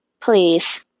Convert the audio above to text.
Please